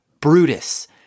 Brutus